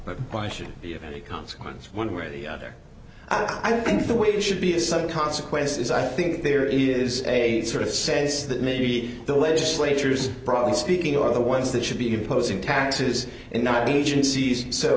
but why should i be of any consequence one way or the other i think the way it should be a sudden consequence is i think there is a sort of sense that maybe the legislatures broadly speaking are the ones that should be imposing taxes and not agencies so